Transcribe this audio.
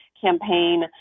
campaign